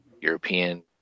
European